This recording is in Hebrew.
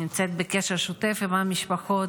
אני נמצאת בקשר שוטף עם המשפחות.